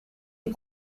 est